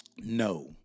No